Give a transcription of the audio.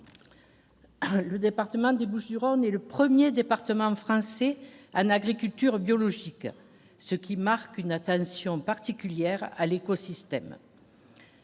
le département des Bouches-du-Rhône est le 1er département français, Anne, agriculture biologique, ce qui marque une attention particulière à l'écosystème.